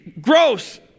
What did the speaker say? gross